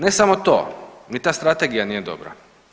Ne samo to, ni ta strategija nije dobra.